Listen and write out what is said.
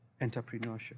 entrepreneurship